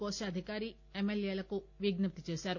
కోశాధికారి ఎమ్మెల్యేలకు విజ్ఞప్తి చేశారు